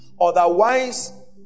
Otherwise